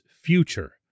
future